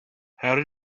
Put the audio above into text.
how